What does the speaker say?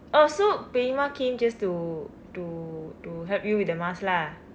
oh so Periyamma came just to to to help you with the mask lah